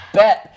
bet